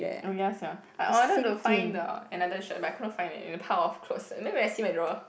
oh ya sia I wanted to find the another shirt but I couldn't find leh in pile of clothes and then when I see my drawer